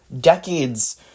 Decades